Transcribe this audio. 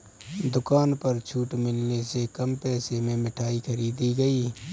दुकान पर छूट मिलने से कम पैसे में मिठाई खरीदी गई